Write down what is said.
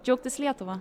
džiaugtis lietuva